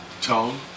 Tone